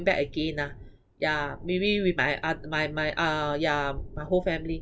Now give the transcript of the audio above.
back again ah ya maybe with my ot~ my my ah ya my whole family